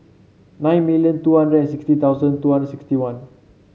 nine million two hundred and sixty thousand two hundred sixty one